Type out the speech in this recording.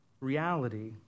reality